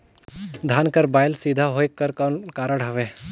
धान कर बायल सीधा होयक कर कौन कारण हवे?